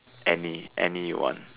any any one